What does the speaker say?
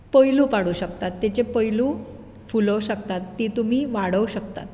पहलू काडूंक शकतात तिचे पहलू फुलोवंक शकतात ती तुमी वाडोवं शकतात